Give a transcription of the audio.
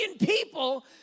people